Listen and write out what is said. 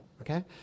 okay